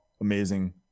amazing